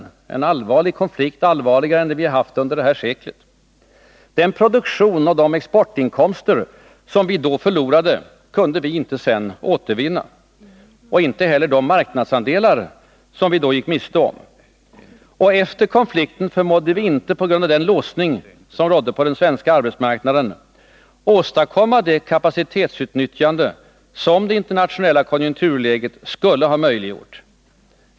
Det var en allvarlig konflikt, allvarligare än vi har haft under det här seklet. Den produktion och de exportinkomster som vi då förlorade kunde vi inte sedan återvinna och inte heller de marknadsandelar som vi då gick miste om. Och efter konflikten förmådde vi inte, på grund av den låsning som rådde på den svenska arbetsmarknaden, åstadkomma det kapacitetsutnyttjande som det internationella konjunkturläget skulle ha möjliggjort.